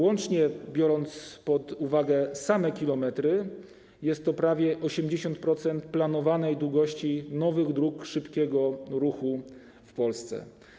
Łącznie, biorąc pod uwagę same kilometry, jest to prawie 80% planowanej długości nowych dróg szybkiego ruchu w Polsce.